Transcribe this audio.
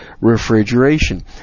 refrigeration